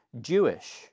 Jewish